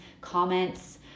comments